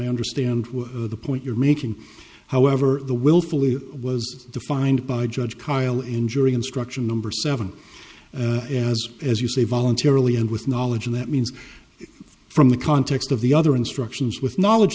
i understand the point you're making however the willfully was the find by judge carlisle in jury instruction number seven has as you say voluntarily and with knowledge and that means from the context of the other instructions with knowledge